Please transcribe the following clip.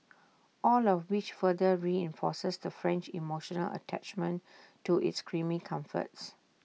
all of which further reinforces the French emotional attachment to its creamy comforts